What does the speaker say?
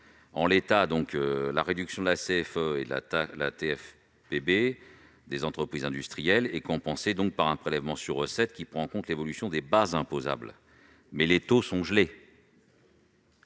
En l'état, la réduction de la CFE et de la TFPB des entreprises industrielles est compensée par un prélèvement sur recettes qui prend en compte l'évolution des bases imposables, mais les taux sont gelés